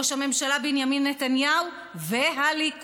ראש הממשלה בנימין נתניהו והליכוד.